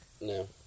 No